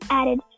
added